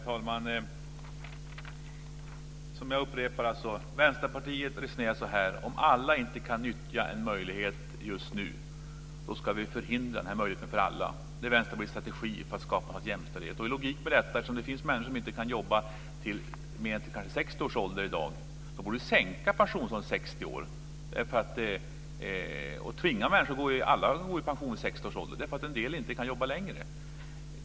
Herr talman! Jag upprepar hur Vänsterpartiet resonerar: Om alla inte kan nyttja en möjlighet just nu ska vi förhindra den här möjligheten för andra. Det är logik med detta säger de att eftersom det finns människor som inte kan jobba längre än till 60 års ålder i dag, borde vi sänka pensionsåldern till 60 år och tvinga alla att gå i pension vid 60 års ålder därför att en del inte kan jobba längre.